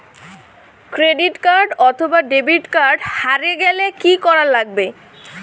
Credit card অথবা debit card হারে গেলে কি করা লাগবে?